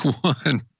one